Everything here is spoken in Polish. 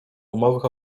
gumowych